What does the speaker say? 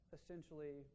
essentially